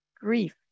grief